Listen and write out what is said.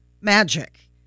magic